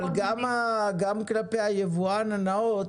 אבל גם כלפי היבואן הנאות